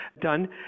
done